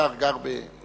השר גר בהר-נוף,